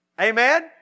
Amen